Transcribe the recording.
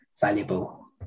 valuable